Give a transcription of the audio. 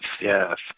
yes